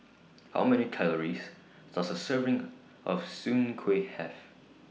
How Many Calories Does A Serving of Soon Kueh Have